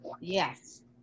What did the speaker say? Yes